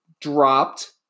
dropped